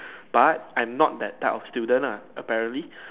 but I am not that type of student lah apparently